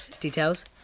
details